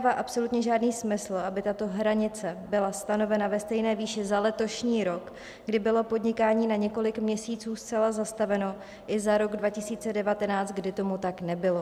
Nedává absolutně žádný smysl, aby tato hranice byla stanovena ve stejné výši za letošní rok, kdy bylo podnikání na několik měsíců zcela zastaveno, i za rok 2019, kdy tomu tak nebylo.